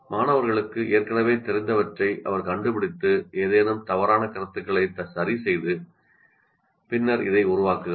மாணவர்களுக்கு ஏற்கனவே தெரிந்தவற்றை அவர் கண்டுபிடித்து ஏதேனும் தவறான கருத்துக்களை சரிசெய்து பின்னர் இதை உருவாக்குகிறார்